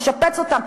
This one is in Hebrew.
נשפץ אותן,